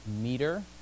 meter